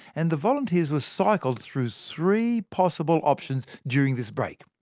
and the volunteers were cycled through three possible options during this break.